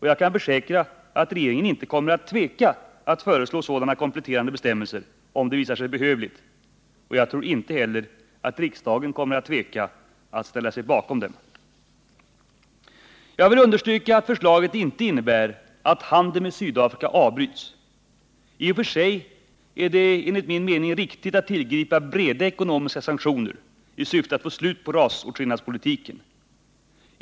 Jag kan försäkra att regeringen inte kommer att tveka att föreslå sådana kompletterande bestämmelser, om det visar sig behövligt. Jag tror inte heller att riksdagen kommer att tveka att ställa sig bakom sådana förslag. Jag vill understryka att förslaget inte innebär att handeln med Sydafrika avbryts. I och för sig är det enligt min mening riktigt att tillgripa breda ekonomiska sanktioner i syfte att få slut på rasåtskillnadspolitiken.